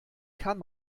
kann